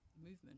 movement